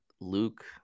Luke